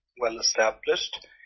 well-established